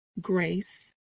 grace